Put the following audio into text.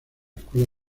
escuela